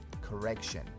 Correction